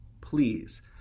Please